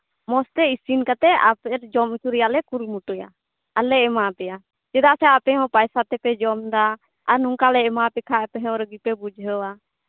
ᱢᱚᱡᱽᱛᱮ ᱤᱥᱤᱱ ᱠᱟᱛᱮᱜ ᱟᱯᱮ ᱡᱚᱢ ᱦᱚᱪᱚ ᱨᱮᱭᱟᱜ ᱞᱮ ᱠᱩᱨᱩᱢᱩᱴᱩᱭᱟ ᱟᱨᱞᱮ ᱮᱢᱟ ᱯᱮᱭᱟ ᱪᱮᱫᱟᱜ ᱥᱮ ᱟᱯᱮᱦᱚᱸ ᱯᱚᱭᱥᱟ ᱛᱮᱯᱮ ᱡᱚᱢᱫᱟ ᱟᱨ ᱱᱚᱝᱠᱟᱞᱮ ᱮᱢᱟᱯᱮ ᱠᱷᱟᱡ ᱟᱯᱮᱸᱦᱚᱸ ᱨᱟᱹᱜᱤᱯᱮ ᱵᱩᱡᱷᱟᱹᱣᱟ